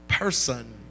person